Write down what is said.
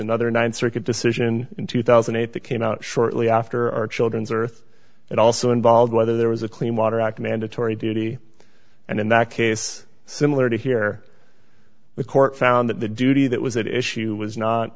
another th circuit decision in two thousand and eight that came out shortly after our children's earth and also involved whether there was a clean water act mandatory duty and in that case similar to here the court found that the duty that was at issue was not